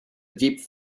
deep